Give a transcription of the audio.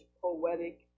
poetic